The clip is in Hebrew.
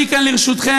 אני כאן לרשותכם,